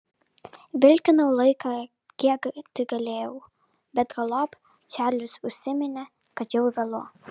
vilkinau laiką kiek tik galėjau bet galop čarlis užsiminė kad jau vėlu